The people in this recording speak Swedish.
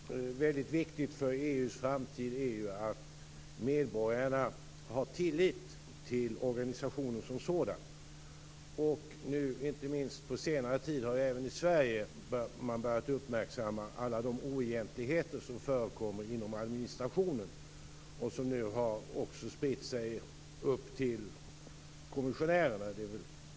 Fru talman! Det är ju väldigt viktigt för EU:s framtid, herr statsminister, att medborgarna har tillit till organisationen som sådan. Inte minst på senare tid har man även i Sverige börjat uppmärksamma alla de oegentligheter som förekommer inom administrationen och som nu också har spritt sig upp till kommissionärerna.